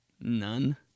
None